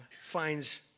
finds